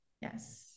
Yes